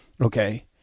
okay